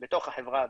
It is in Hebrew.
בתוך החברה הבדואית,